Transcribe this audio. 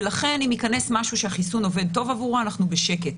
ולכן אם ייכנס משהו שהחיסון עובד טוב עבורו אנחנו בשקט.